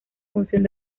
función